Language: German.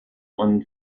und